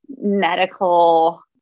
Medical